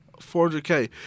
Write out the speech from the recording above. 400k